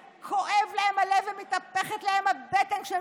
שכואב להם הלב ומתהפכת להם הבטן כשהם